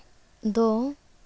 ᱫᱚ